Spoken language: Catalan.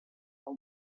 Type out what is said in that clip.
del